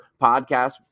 podcast